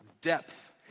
depth